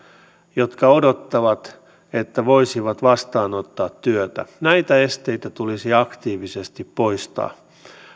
jotka odottavat että voisivat vastaanottaa työtä näitä esteitä tulisi aktiivisesti poistaa